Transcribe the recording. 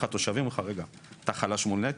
תושבים אומרים לך כראש עיר: אתה חלש מול נת"ע?